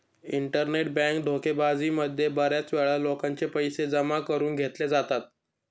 internet bank धोकेबाजी मध्ये बऱ्याच वेळा लोकांचे पैसे जमा करून घेतले जातात